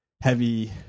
heavy